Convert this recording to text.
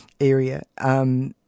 Area